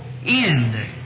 end